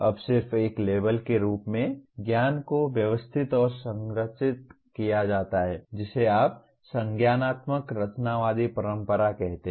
अब सिर्फ एक लेबल के रूप में ज्ञान को व्यवस्थित और संरचित किया जाता है जिसे आप संज्ञानात्मक रचनावादी परंपरा कहते हैं